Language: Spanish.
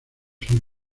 son